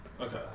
Okay